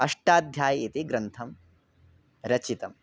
अष्टाध्यायी इति ग्रन्थं रचितम्